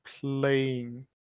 playing